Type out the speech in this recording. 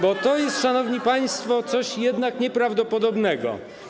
Bo to jest, szanowni państwo, jednak coś nieprawdopodobnego.